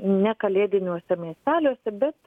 ne kalėdiniuose miesteliuose bet